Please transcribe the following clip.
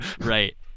Right